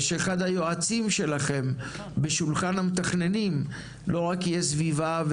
ושאחד היועצים שלכם בשולחן המתכננים לא יהיה רק סביבה,